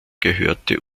gehörte